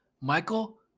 Michael